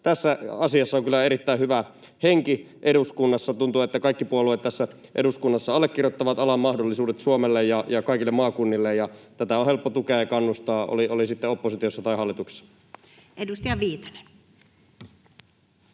Tässä asiassa on kyllä erittäin hyvä henki eduskunnassa. Tuntuu, että kaikki puolueet eduskunnassa allekirjoittavat alan mahdollisuudet Suomelle ja kaikille maakunnille, ja tätä on helppo tukea ja kannustaa, oli sitten oppositiossa tai hallituksessa. [Speech